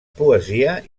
poesia